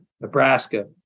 Nebraska